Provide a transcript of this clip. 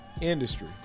industry